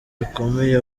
bikomeye